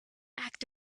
act